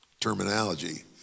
terminology